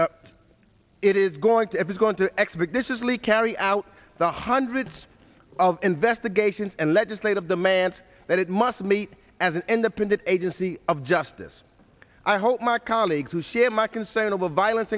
it is going to have is going to expeditiously carry out the hundreds of investigations and legislative demands that it must meet as an independent agency of justice i hope my colleagues who share my concern over violence